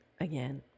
again